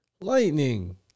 Lightning